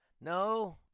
No